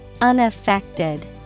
Unaffected